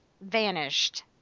vanished